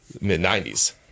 mid-90s